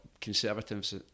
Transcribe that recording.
conservatives